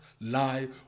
lie